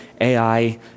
AI